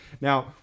Now